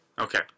Okay